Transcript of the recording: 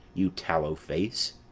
you tallow-face!